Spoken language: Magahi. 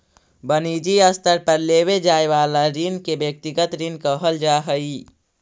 वनिजी स्तर पर लेवे जाए वाला ऋण के व्यक्तिगत ऋण कहल जा हई